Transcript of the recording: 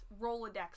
Rolodex